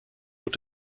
wird